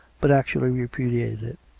but actually repudiated it.